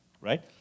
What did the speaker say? right